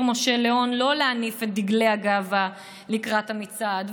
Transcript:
משה ליאון לא להניף את דגלי הגאווה לקראת המצעד,